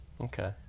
Okay